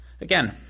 Again